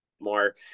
more